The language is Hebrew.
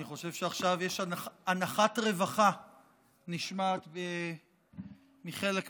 אני חושב שעכשיו אנחת רווחה נשמעת מחלק מהספסלים.